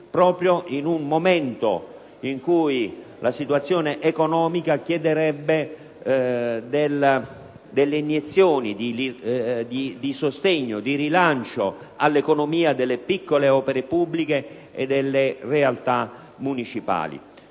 proprio in un momento in cui la situazione economica richiederebbe iniezioni di sostegno e di rilancio all'economia delle piccole opere pubbliche e delle realtà municipali.